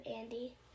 Andy